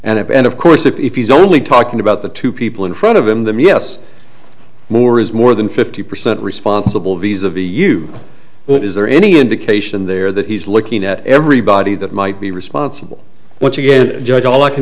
and and of course if he's only talking about the two people in front of him them yes more is more than fifty percent responsible visa vu what is there any indication there that he's looking at everybody that might be responsible once again just all i can